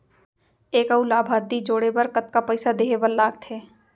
एक अऊ लाभार्थी जोड़े बर कतका पइसा देहे बर लागथे?